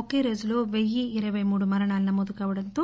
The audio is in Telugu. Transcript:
ఒకేరోజులో వెయ్యి ఇరపై మూడు మరణాలు నమోదు కావడంతో